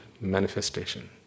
manifestation